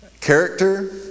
character